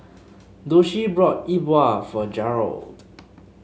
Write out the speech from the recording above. Doshie brought E Bua for Garold